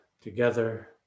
together